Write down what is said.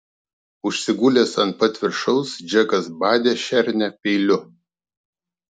užsigulęs ant pat viršaus džekas badė šernę peiliu